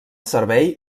servei